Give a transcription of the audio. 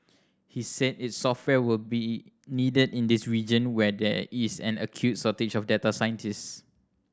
he said its software will be needed in this region where there is an acute shortage of data scientist